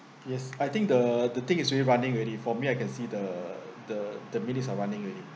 yes I think the the thing is really running already for me I can see the the the minutes are running already